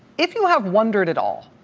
if you have wondered at all,